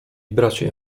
bracie